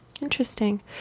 Interesting